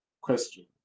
question